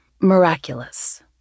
miraculous